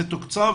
זה תוקצב,